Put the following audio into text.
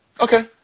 Okay